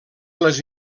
les